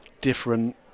different